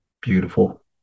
beautiful